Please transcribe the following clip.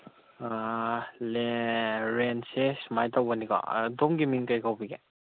ꯔꯦꯟꯠꯁꯦ ꯁꯨꯃꯥꯏꯅ ꯇꯧꯕꯅꯤꯀꯣ ꯑꯗꯣꯝꯒꯤ ꯃꯤꯡ ꯀꯔꯤ ꯀꯧꯕꯤꯒꯦ